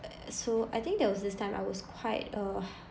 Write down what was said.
so I think there was this time I was quite uh